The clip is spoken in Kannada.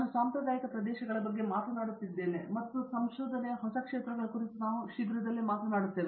ನಾನು ಸಾಂಪ್ರದಾಯಿಕ ಪ್ರದೇಶಗಳ ಬಗ್ಗೆ ಮಾತನಾಡುತ್ತಿದ್ದೇನೆ ಮತ್ತು ಸಂಶೋಧನೆಯ ಹೊಸ ಕ್ಷೇತ್ರಗಳ ಕುರಿತು ನಾವು ಶೀಘ್ರದಲ್ಲೇ ಮಾತನಾಡುತ್ತೇವೆ